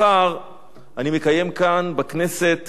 מחר אני מקיים כאן בכנסת